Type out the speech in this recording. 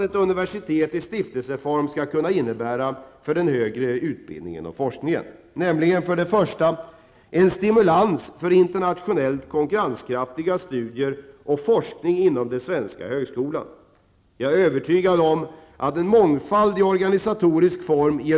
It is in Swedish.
1. Utvecklingen av den högre utbildningen och forskningen bör vara en angelägenhet för alla medborgare i vårt samhälle.